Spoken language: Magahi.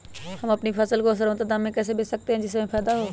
हम अपनी फसल को सर्वोत्तम दाम में कैसे बेच सकते हैं जिससे हमें फायदा हो?